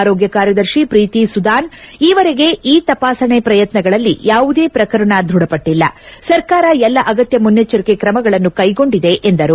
ಆರೋಗ್ಯ ಕಾರ್ಯದರ್ಶಿ ಪ್ರೀತಿ ಸುದಾನ್ ಈವರೆಗೆ ಈ ತಪಾಸಣೆ ಪ್ರಯತ್ನಗಳಲ್ಲಿ ಯಾವುದೇ ಪ್ರಕರಣ ದೃಢಪಟ್ಟಿಲ್ಲ ಸರ್ಕಾರ ಎಲ್ಲ ಅಗತ್ಯ ಮುನ್ನೆಚ್ಚರಿಕೆ ಕ್ರಮಗಳನ್ನು ಕೈಗೊಂಡಿದೆ ಎಂದರು